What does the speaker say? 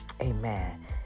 Amen